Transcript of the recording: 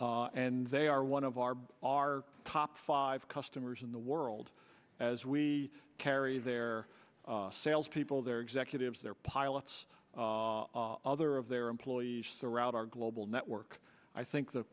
r and they are one of our our top five customers in the world as we carry their sales people their executives their pilots other of their employees throughout our global network i think the